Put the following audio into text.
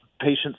patients